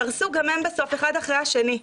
קרסו גם הם בסוף אחד אחרי השני.